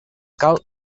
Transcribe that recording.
cal